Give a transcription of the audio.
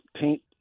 paint